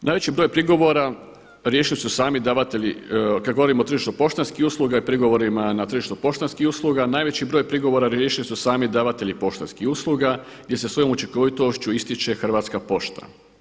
Najveći broj prigovora riješili su sami davatelji, kad govorimo o tržištu poštanskih usluga i prigovorima na tržištu poštanskih usluga najveći broj prigovora riješili su sami davatelji poštanskih usluga gdje se sa svojom učinkovitošću ističe Hrvatska pošta.